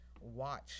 Watch